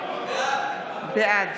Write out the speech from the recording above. בעד